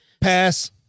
pass